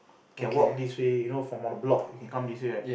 can walk this way you know from other block you can come this way right